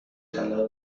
طلا